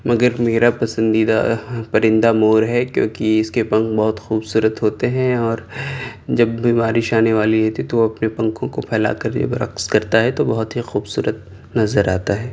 مگر میرا پسندیدہ پرندہ مور ہے کیوں کہ اس کے پنکھ بہت خوبصورت ہوتے ہیں اور جب بھی بارش آنے والی ہوتی ہے تو وہ اپنے پنکھوں کو پھیلا کر جب رقص کرتا ہے تو بہت ہی خوبصورت نظر آتا ہے